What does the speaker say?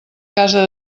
casa